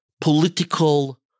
political